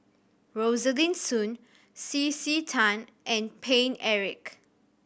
Rosaline Soon C C Tan and Paine Eric